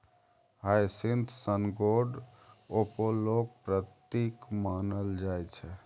hyacinth सन गोड अपोलोक प्रतीक मानल जाइ छै